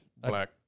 Black